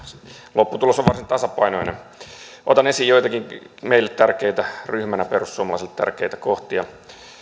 lopputulos on varsin tasapainoinen otan esiin joitakin meille perussuomalaisille ryhmänä tärkeitä kohtia